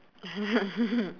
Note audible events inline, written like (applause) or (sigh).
(laughs)